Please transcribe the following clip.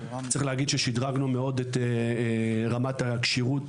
שדרגנו מאוד את רמת הכשירות